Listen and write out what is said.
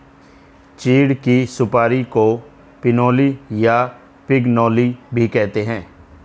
चीड़ की सुपारी को पिनोली या पिगनोली भी कहते हैं